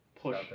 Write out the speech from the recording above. push